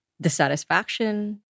dissatisfaction